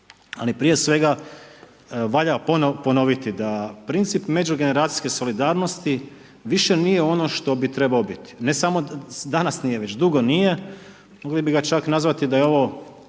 Ali prije svega valja ponoviti da princip međugeneracijske solidarnosti više nije ono što bi trebao biti, ne samo danas nije, već dugo nije, mogli bi ga čak nazvati da je ovo